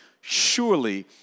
Surely